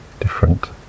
different